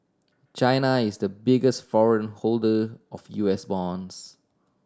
China is the biggest foreign holder of U S bonds